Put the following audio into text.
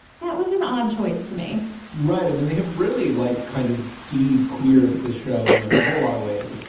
that was an odd choice to me right. i mean, they have really like kind of deep queered the show and like a whole lot of ways.